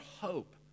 hope